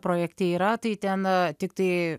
projekte yra tai ten tiktai